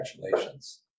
Congratulations